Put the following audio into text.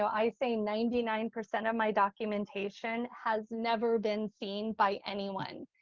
i say ninety nine percent of my documentation has never been seen by anyone.